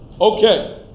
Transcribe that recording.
Okay